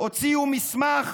הם הוציאו מסמך